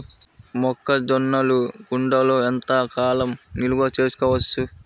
మొక్క జొన్నలు గూడంలో ఎంత కాలం నిల్వ చేసుకోవచ్చు?